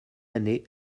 année